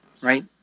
right